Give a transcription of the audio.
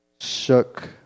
shook